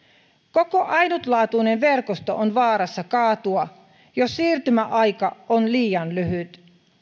koko ainutlaatuinen verkosto on vaarassa kaatua jos siirtymäaika on liian lyhyt